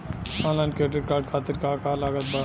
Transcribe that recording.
Online credit card खातिर का का लागत बा?